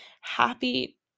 happy